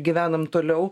gyvenam toliau